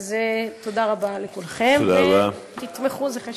אז תודה רבה לכולכם, ותתמכו, זה חשוב.